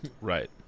Right